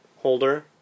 holder